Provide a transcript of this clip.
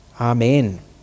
Amen